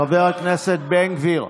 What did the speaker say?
חבר הכנסת בן גביר.